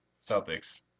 Celtics